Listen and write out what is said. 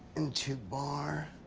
into bar.